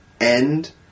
end